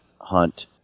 hunt